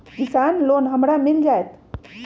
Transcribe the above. किसान लोन हमरा मिल जायत?